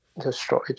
destroyed